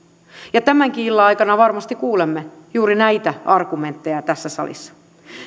mutta tämänkin illan aikana varmasti kuulemme juuri näitä argumentteja tässä salissa